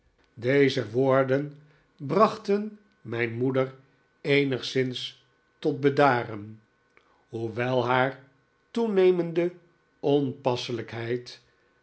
deze woorden brachten mijn moeder eenigszins tot bedaren hoewel haar toenemende